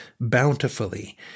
bountifully